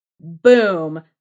boom